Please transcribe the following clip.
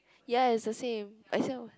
yea it's the same actually I was